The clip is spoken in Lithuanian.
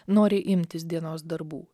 noriai imtis dienos darbų